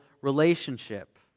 relationship